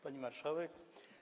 Pani Marszałek!